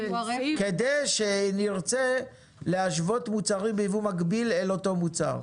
כדי שנרצה להשוות מוצרים בייבוא מקביל לאותו מוצר.